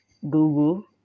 Google